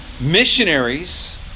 Missionaries